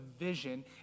vision